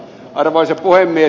arvoisa puhemies